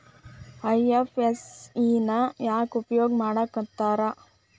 IFSC ನ ಯಾಕ್ ಉಪಯೊಗ್ ಮಾಡಾಕತ್ತಾರ?